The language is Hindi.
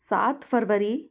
सात फरवरी